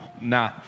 nah